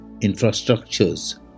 infrastructures